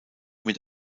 mit